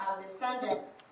descendants